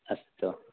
अस्तु